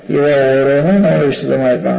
ഇവ ഓരോന്നും നമ്മൾ വിശദമായി കാണും